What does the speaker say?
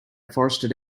forested